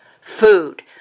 food